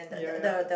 ya ya